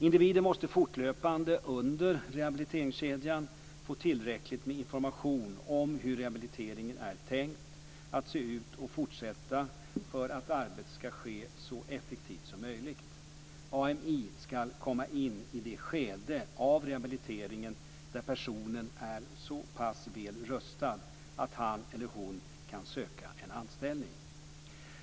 Individen måste fortlöpande under rehabiliteringskedjan få tillräckligt med information om hur rehabiliteringen är tänkt att se ut och fortsätta för att arbetet ska ske så effektivt som möjligt. AMI ska komma in i det skede av rehabiliteringen där personen är så pass väl rustad att han eller hon kan söka en anställning.